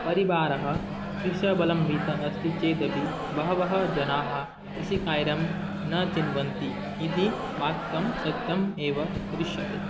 परिवारः कृषवलम्बितः अस्ति चेदपि बहवः जनाः कृषिकार्यं न चिन्वन्ति इति वाक्यं सत्यम् एव दृश्यते